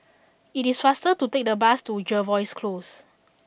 it is faster to take the bus to Jervois Close